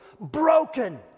broken